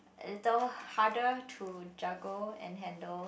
little harder to juggle and handle